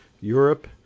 Europe